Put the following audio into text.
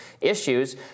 issues